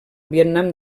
vietnam